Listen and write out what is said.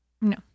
No